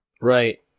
Right